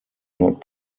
not